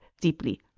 deeply